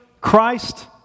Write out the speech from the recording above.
Christ